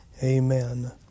Amen